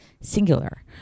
singular